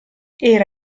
era